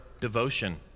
devotion